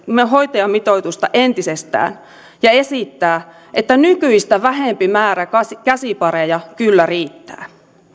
hoitajamitoitusta entisestään ja esittää että nykyistä vähempi määrä käsipareja kyllä riittää